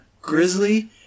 Grizzly